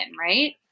right